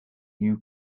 you